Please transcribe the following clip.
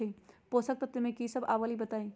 पोषक तत्व म की सब आबलई बताई?